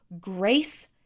grace